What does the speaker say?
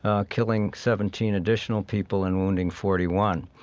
ah killing seventeen additional people and wounding forty one.